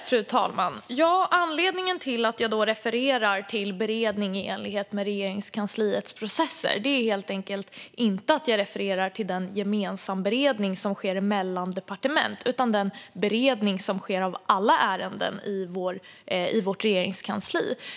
Fru talman! När jag refererar till beredning i enlighet med Regeringskansliets processer refererar jag inte till den gemensamberedning som sker mellan departementen utan till den beredning som sker av alla ärenden i vårt regeringskansli.